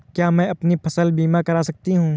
क्या मैं अपनी फसल बीमा करा सकती हूँ?